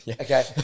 Okay